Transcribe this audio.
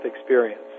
experience